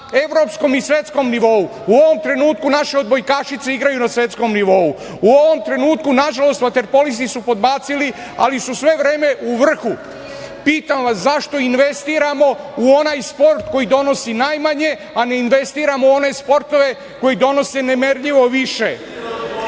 evropskom i svetskom nivou. U ovom trenutku naše odbojkašice igraju na svetskom nivou. U ovom trenutku nažalost vaterpolisti su podbacili, ali su sve vreme u vrhu. Pitam vas, zašto investiramo u onaj sport koji donosi najmanje, a ne investiramo u one sportove koji donose nemerljivo više? Dva